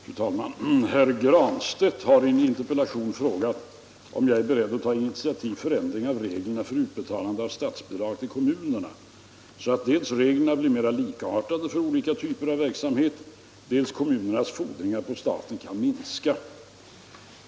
Fru talman! Herr Granstedt har i en interpellation frågat mig om jag är beredd att ta initiativ till förändring av reglerna för utbetalande av statsbidrag till kommunerna så att dels reglerna blir mer likartade för olika typer av verksamhet, dels kommunernas fordringar på staten kan minska.